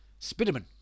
Spiderman